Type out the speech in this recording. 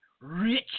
rich